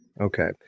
Okay